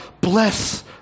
bless